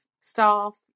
staff